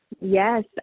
Yes